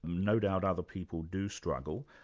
no doubt other people do struggle.